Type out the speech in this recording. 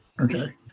Okay